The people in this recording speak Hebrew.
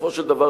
בסופו של דבר,